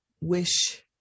wish